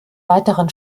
weiteren